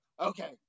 Okay